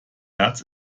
herz